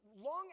long